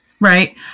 right